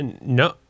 No